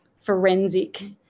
Forensic